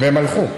והם הלכו.